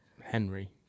henry